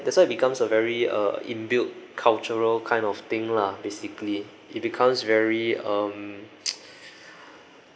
that's why it becomes a very uh inbuilt cultural kind of thing lah basically it becomes very um